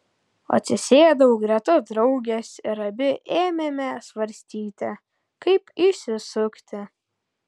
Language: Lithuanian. atsisėdau greta draugės ir abi ėmėme svarstyti kaip išsisukti